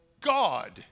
God